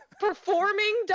performing